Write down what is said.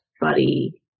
buddy